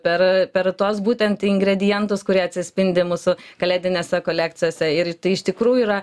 per per tuos būtent ingredientus kurie atsispindi mūsų kalėdinėse kolekcijose ir tai iš tikrųjų yra